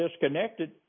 disconnected